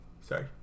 sorry